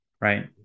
right